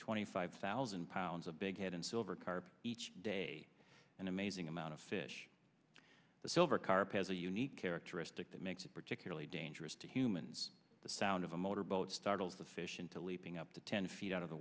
twenty five thousand pounds of big head and silver carp each day an amazing amount of fish the silver carp as a unique characteristic that makes it particularly dangerous to humans the sound of a motor boat startles the fish into leaping up to ten feet out of the